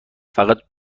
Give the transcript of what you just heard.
فقط